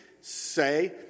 say